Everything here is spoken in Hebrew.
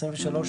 23,